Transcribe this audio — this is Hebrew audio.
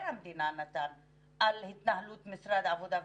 המדינה נתן על התנהלות משרד העבודה והרווחה.